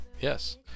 yes